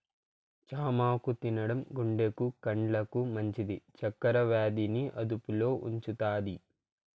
చామాకు తినడం గుండెకు, కండ్లకు మంచిది, చక్కర వ్యాధి ని అదుపులో ఉంచుతాది